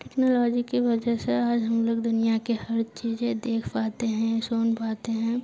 technology की वजह से आज हम लोग दुनियाँ की हर चीज़ें देख पाते हैं सुन पाते हैं